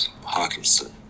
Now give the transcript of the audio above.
Hawkinson